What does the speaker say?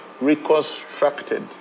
reconstructed